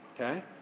okay